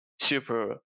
super